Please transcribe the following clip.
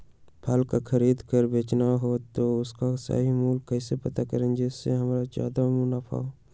फल का खरीद का बेचना हो तो उसका सही मूल्य कैसे पता करें जिससे हमारा ज्याद मुनाफा हो?